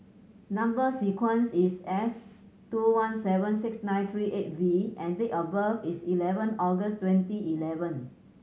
number sequence is S two one seven six nine three eight V and date of birth is eleven August twenty eleven